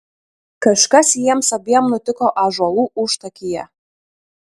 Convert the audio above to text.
kažkas jiems abiem nutiko ąžuolų užtakyje